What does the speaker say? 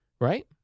right